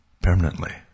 permanently